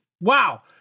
Wow